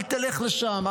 אל תלך לשם,